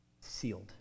Sealed